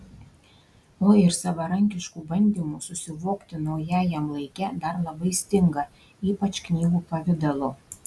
o ir savarankiškų bandymų susivokti naujajam laike dar labai stinga ypač knygų pavidalu